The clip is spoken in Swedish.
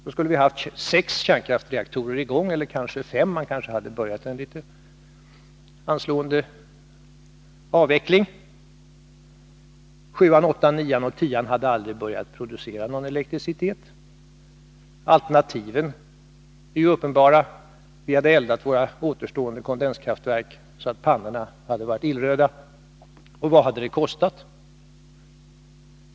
Då skulle vi ha haft sex kärnkraftsreaktorer i gång — eller kanske fem, om man hade påbörjat avvecklingen. 7:an, 8:an, 9:an och 10:an hade aldrig börjat producera någon elektricitet. Alternativet är uppenbart: vi hade eldat våra återstående kondenskraftverk så att pannorna varit illröda. Vad skulle det ha kostat?